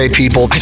people